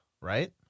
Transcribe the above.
right